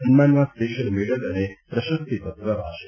સન્માનમાં special medal અને પ્રશસ્તિપત્ર અપાશે